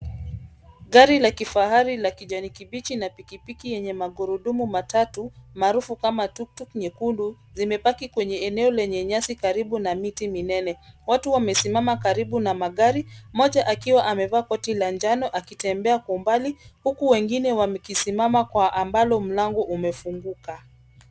Gari la kifahari la kijani kibichi na pikipiki yenye magurudumu matatu, maarufu kama tuktuk nyekundu, zimepaki kwenye eneo lenye nyasi karibu na miti minene. Watu wamesimama karibu na magari, mmoja akiwa amevaa koti la jano akitembea kwa umbali, huku wengine wakisimama kwa ambalo mlango umefunguka.